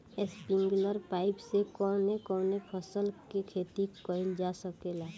Sprinkler pipe से कवने कवने फसल क खेती कइल जा सकेला?